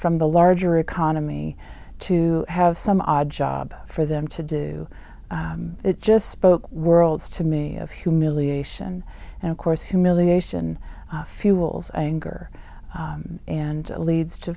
from the larger economy to have some odd jobs for them to do it just spoke worlds to me of humiliation and of course humiliation fuels anger and leads to